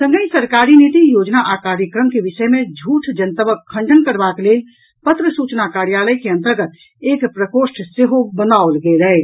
संगहि सरकारी नीति योजना आ कार्यक्रम के विषय मे झूठ जनतबक खंडन करबाक लेल पत्र सूचना कार्यालय के अन्तर्गत एक प्रकोष्ठ सेहो बनाओल गेल अछि